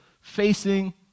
facing